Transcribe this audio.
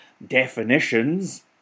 definitions